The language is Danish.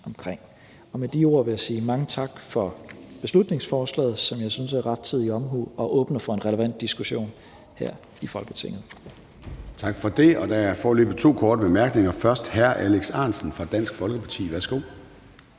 Med de ord vil jeg sige mange tak for beslutningsforslaget, som jeg synes er rettidig omhu, og som åbner for en relevant diskussion her i Folketinget. Kl. 14:12 Formanden (Søren Gade): Tak for det. Der er foreløbig to korte bemærkninger. Først er det fra hr. Alex Ahrendtsen fra Dansk Folkeparti. Værsgo.